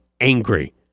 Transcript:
angry